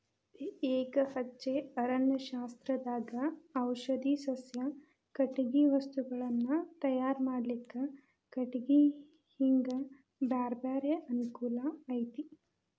ಎಕಹಚ್ಚೆ ಅರಣ್ಯಶಾಸ್ತ್ರದಾಗ ಔಷಧಿ ಸಸ್ಯ, ಕಟಗಿ ವಸ್ತುಗಳನ್ನ ತಯಾರ್ ಮಾಡ್ಲಿಕ್ಕೆ ಕಟಿಗಿ ಹಿಂಗ ಬ್ಯಾರ್ಬ್ಯಾರೇ ಅನುಕೂಲ ಐತಿ